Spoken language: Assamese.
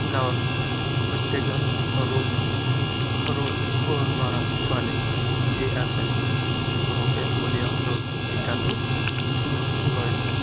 গাঁৱৰ প্ৰত্যেকজন সৰু সৰু ল'ৰা ছোৱালী যি আছে সবকে পলিঅ' আৰু টীকাটো লৈ লয়